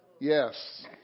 Yes